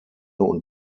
und